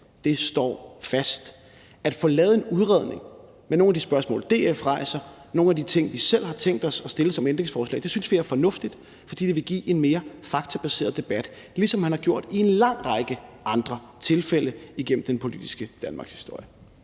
Det står fast. At få lavet en udredning med nogle af de spørgsmål, DF rejser, og nogle af de ting, vi selv har tænkt at stille ændringsforslag om, synes vi er fornuftigt, fordi det vil give en mere faktabaseret debat – ligesom man har gjort i en lang række andre tilfælde igennem den politiske danmarkshistorie.